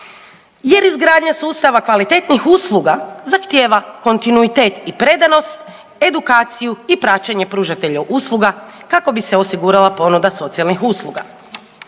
jer izgradnja sustava kvalitetnih usluga zahtijeva kontinuitet i predanost, edukaciju i praćenje pružatelja usluga, kako bi se osigurala ponuda socijalnih usluga.